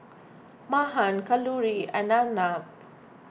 Mahan Kalluri and Arnab